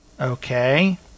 okay